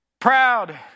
Proud